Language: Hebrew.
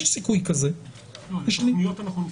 את התכניות נפתח.